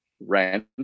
rent